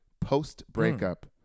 post-breakup